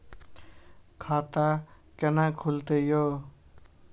खाता केना खुलतै यो